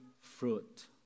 fruit